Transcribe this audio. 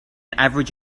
average